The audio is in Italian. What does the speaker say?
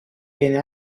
viene